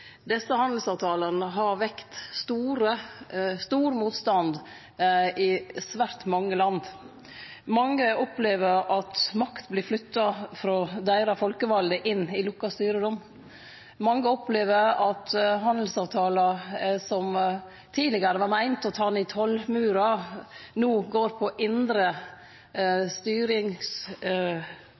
Desse handelsavtalane har vekt stor motstand i svært mange land. Mange opplever at makt vert flytta frå deira folkevalde inn i lukka styrerom. Mange opplever at handelsavtalar som tidlegare var meinte å ta ned tollmurar, no gjeld måten me styrer vår indre